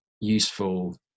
useful